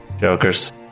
jokers